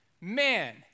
man